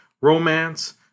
romance